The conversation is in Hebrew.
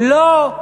לא.